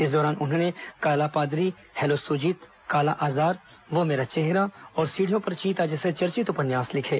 इस दौरान उन्होंने काला पादरी हैलो सुजीत काला आजार वह मेरा चेहरा और सीढ़ियो पर चीता जैसे चर्चित उपन्यास लिखें